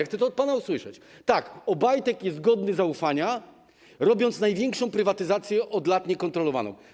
Chcę to od pana usłyszeć: tak, Obajtek jest godny zaufania, gdy robi największą prywatyzację od lat, niekontrolowaną.